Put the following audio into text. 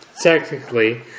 technically